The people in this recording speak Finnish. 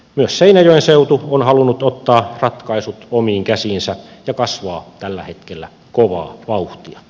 myös seinäjoen seutu on halunnut ottaa ratkaisut omiin käsiinsä ja kasvaa tällä hetkellä kovaa vauhtia